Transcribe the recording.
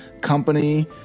company